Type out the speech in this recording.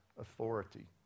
authority